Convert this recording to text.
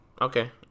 Okay